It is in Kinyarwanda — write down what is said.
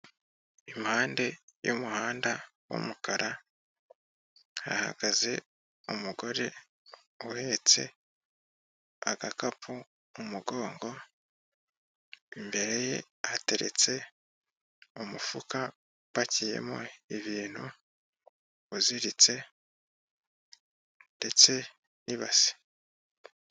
Impande y'umuhanda w'umukara, hahagaze umugore uhetse agakapu mu mugongo, imbere ye hateretse umufuka upakiyemo ibintu, uziritse ndetse n'ibase.